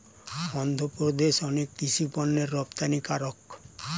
অন্ধ্রপ্রদেশ অনেক কৃষি পণ্যের রপ্তানিকারক